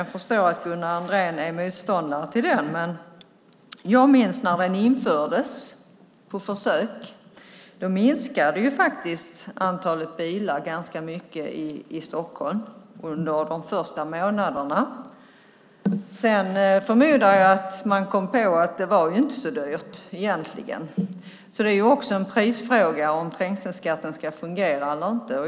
Jag förstår att Gunnar Andrén är motståndare till den. Jag minns när den infördes på försök. Då minskade faktiskt antalet bilar ganska mycket i Stockholm under de första månaderna. Sedan förmodar jag att man kom på att det inte var så dyrt. Det är också en prisfråga om trängselskatten ska fungera eller inte.